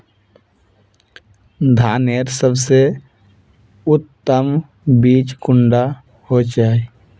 धानेर सबसे उत्तम बीज कुंडा होचए?